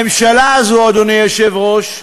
הממשלה הזו, אדוני היושב-ראש,